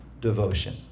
devotion